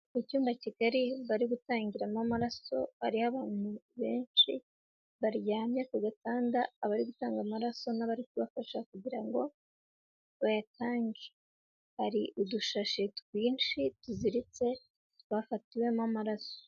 Icyumba kigari bari gutangiramo amaraso, hariho abantu benshi baryamye ku gatanda, abari gutanga amaraso n'abari kubafasha kugira ngo bayatange. Hari udushashi twinshi tuziritse, twafatiwemo amaraso.